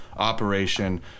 Operation